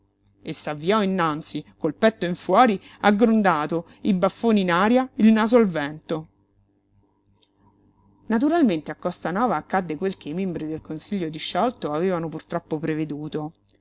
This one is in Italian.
e s'avviò innanzi col petto in fuori aggrondato i baffoni in aria il naso al vento naturalmente a costanova accadde quel che i membri del consiglio disciolto avevano purtroppo preveduto